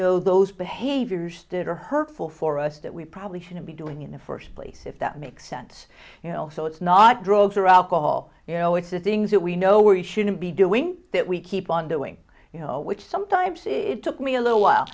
know those behaviors that are hurtful for us that we probably shouldn't be doing in the first place if that makes sense you know so it's not drugs or alcohol you know it's the things that we know we shouldn't be doing that we keep on doing you know which sometimes it took me a little while